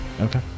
Okay